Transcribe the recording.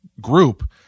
group